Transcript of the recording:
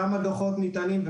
כמה דוחות ניתנים,